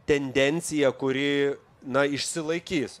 tendencija kuri na išsilaikys